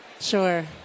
Sure